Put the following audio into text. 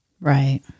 Right